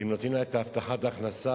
אם נותנים לה את הבטחת ההכנסה,